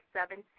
Seven